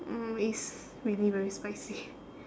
mm it's really very spicy